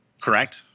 correct